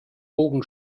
bogen